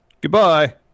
Goodbye